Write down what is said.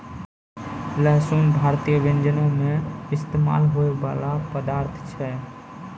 लहसुन भारतीय व्यंजनो मे इस्तेमाल होय बाला पदार्थ छै